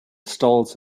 stalls